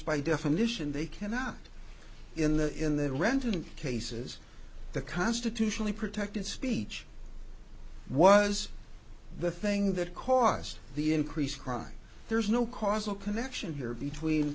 by definition they cannot in the in the rental cases the constitutionally protected speech was the thing that caused the increased crime there's no causal connection here between